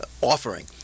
offering